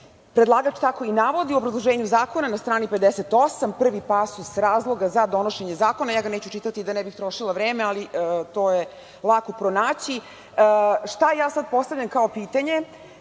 Predlagač tako i navodi u obrazloženju zakona na strani 58. prvi pasus razloga za donošenje zakona. Ja ga neću čitati da ne bih trošila vreme, ali to je lako pronaći. Šta ja sada postavljam kao pitanje?